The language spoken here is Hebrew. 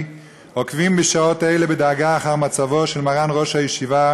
עוקבים בשעות אלה בדאגה אחר מצבו של מרן ראש הישיבה